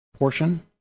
Portion